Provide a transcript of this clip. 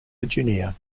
virginia